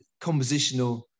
compositional